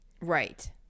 Right